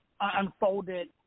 unfolded